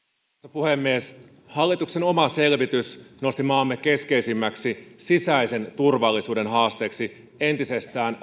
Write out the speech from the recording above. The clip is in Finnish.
puhemies hallituksen oma selvitys nosti maamme keskeisimmäksi sisäisen turvallisuuden haasteeksi entisestään